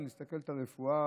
אם נסתכל על הרפואה,